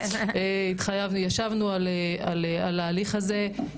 אנחנו כולנו ישבנו על ההליך הזה,